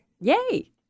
Yay